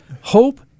Hope